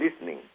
listening